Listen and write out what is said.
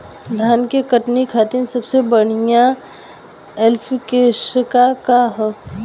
धान के कटनी खातिर सबसे बढ़िया ऐप्लिकेशनका ह?